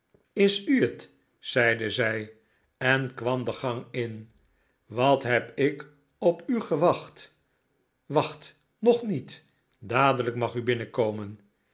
is u het zeide zij en kwam de gang in wat heb ik op u gewacht wacht nog niet dadelijk mag u binnenkomen